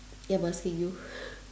ya I'm asking you